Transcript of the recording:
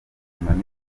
manegeka